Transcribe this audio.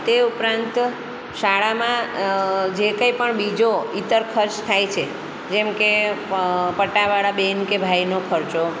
તે ઉપરાંત શાળામાં જે કંઈ પણ બીજો ઈતર ખર્ચ થાય છે જેમ કે પટાવાળા બેન કે ભાઈનો ખર્ચો